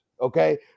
Okay